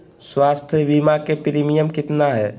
स्वास्थ बीमा के प्रिमियम कितना है?